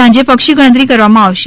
સાંજે પક્ષી ગણતરી કરવામાં આવશે